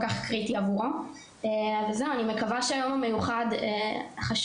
כך קריטי עבורו וזהו אני מקווה שהיום המיוחד החשוב